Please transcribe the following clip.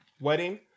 wedding